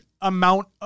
amount